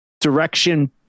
direction